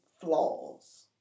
flaws